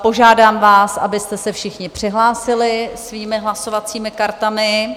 Požádám vás, abyste se všichni přihlásili svými hlasovacími kartami.